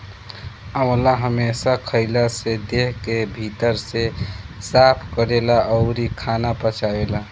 आंवला हमेशा खइला से देह के भीतर से साफ़ करेला अउरी खाना पचावेला